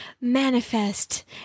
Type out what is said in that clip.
Manifest